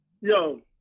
Yo